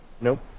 Nope